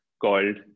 called